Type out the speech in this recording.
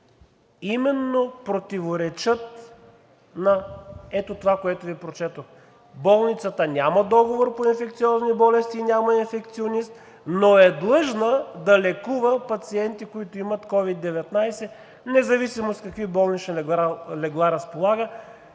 именно противоречат на ето това, което Ви прочетох. Болницата няма договор по инфекциозни болести и няма инфекционист, но е длъжна да лекува пациенти, които имат COVID 19, независимо с какви болнични легла разполага.